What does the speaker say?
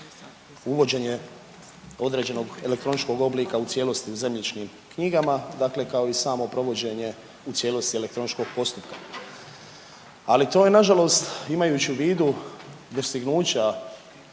uvođenje određenog elektroničkog oblika u cijelosti u zemljišnim knjigama, dakle kao i samo provođenje u cijelosti elektroničkog postupka, ali to je nažalost imajući u vidu dostignuća